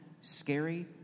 scary